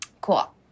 Cool